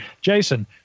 Jason